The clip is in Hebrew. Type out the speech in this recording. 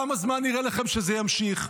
כמה זמן נראה לכם שזה ימשיך?